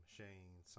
Shane